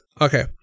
okay